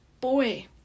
boy